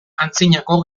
antzinako